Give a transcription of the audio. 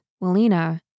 Melina